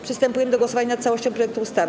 Przystępujemy do głosowania nad całością projektu ustawy.